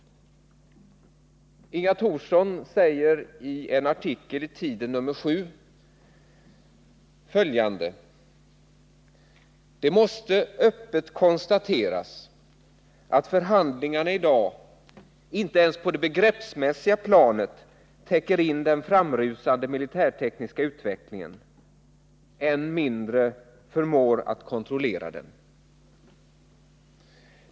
Inga Thorsson säger i en artikel i Tiden nr 7: ”Det måste öppet konstateras att förhandlingarna i dag inte ens på det begreppsmässiga planet täcker in den framrusande militärtekniska utvecklingen, än mindre förmår att kontrollera den.